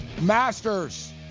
Masters